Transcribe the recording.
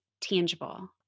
tangible